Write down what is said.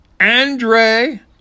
Andre